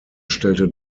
stellte